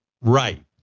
Right